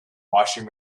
washing